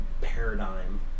paradigm